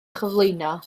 chyflwyno